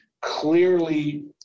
clearly